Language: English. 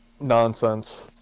nonsense